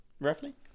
roughly